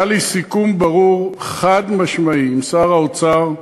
היה לי סיכום ברור, חד-משמעי, עם שר האוצר,